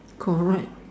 correct